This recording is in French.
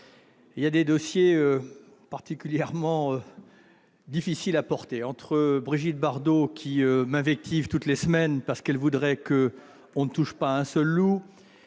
il y a des dossiers particulièrement difficiles à porter ... Entre Brigitte Bardot qui m'invective toutes les semaines parce qu'elle voudrait que l'on ne touchât pas à un seul loup